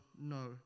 no